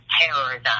terrorism